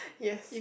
yes